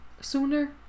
Sooner